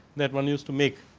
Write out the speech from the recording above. that one is to make.